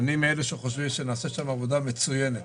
אני מאלה שחושבים שנעשית שם עבודה מצוינת.